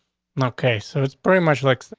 and okay, so it's pretty much like, so